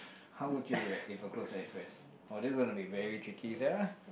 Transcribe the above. how would react if a close friend express !wah! this is going to be very tricky sia